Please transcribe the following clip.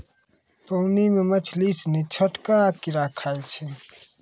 पानी मे मछली सिनी छोटका कीड़ा खाय जाय छै